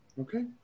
Okay